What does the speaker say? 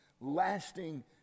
lasting